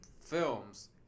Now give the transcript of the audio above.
films